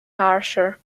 harsher